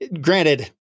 granted